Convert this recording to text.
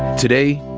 today,